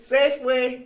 Safeway